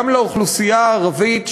גם לאוכלוסייה הערבית,